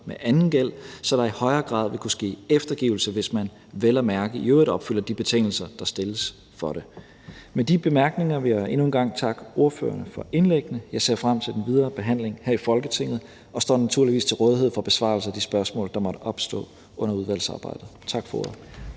med anden gæld, så der i højere grad vil kunne ske eftergivelse, hvis man vel at mærke i øvrigt opfylder de betingelser, der stilles for det. Med de bemærkninger vil jeg endnu en gang takke ordførerne for indlæggene. Jeg ser frem til den videre behandling her i Folketinget og står naturligvis til rådighed for besvarelse af de spørgsmål, der måtte opstå under udvalgsarbejdet. Tak for ordet.